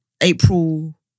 April